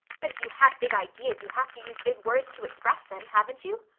but if you have big ideas you have to use big words to express them, haven't you?